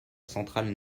centrale